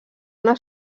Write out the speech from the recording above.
una